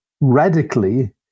radically